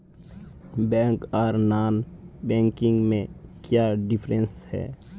Bank आर non banking में क्याँ डिफरेंस है?